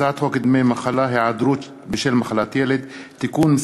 הצעת חוק דמי מחלה (היעדרות בשל מחלת ילד) (תיקון מס'